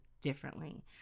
differently